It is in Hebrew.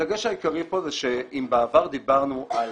הדגש העיקרי פה הוא שאם בעבר דיברנו על